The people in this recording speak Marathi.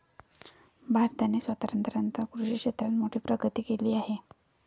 भारताने स्वातंत्र्यानंतर कृषी क्षेत्रात मोठी प्रगती केली आहे